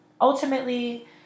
ultimately